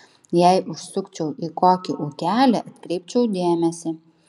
jei užsukčiau į kokį ūkelį atkreipčiau dėmesį